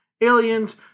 aliens